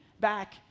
back